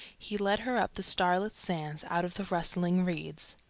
he led her up the starlit sands, out of the rustling reeds.